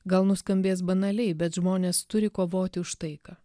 gal nuskambės banaliai bet žmonės turi kovoti už taiką